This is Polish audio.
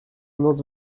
noc